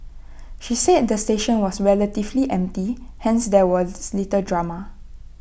she said the station was relatively empty hence there was little drama